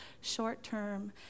short-term